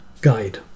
guide